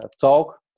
talk